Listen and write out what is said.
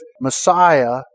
Messiah